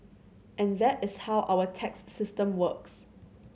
and that is how our tax system works